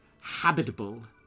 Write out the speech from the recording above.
habitable